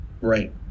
Right